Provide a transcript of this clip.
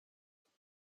could